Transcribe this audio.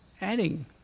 adding